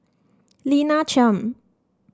Lina Chiam